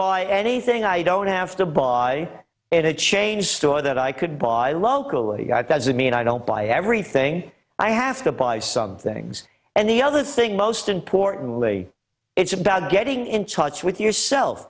buy anything i don't have to buy it a change store that i could buy locally he got does that mean i don't buy everything i have to buy some things and the other thing most importantly it's about getting in touch with yourself